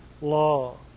law